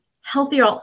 healthier